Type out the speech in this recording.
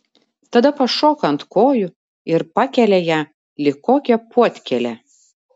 tada pašoka ant kojų ir pakelia ją lyg kokią puodkėlę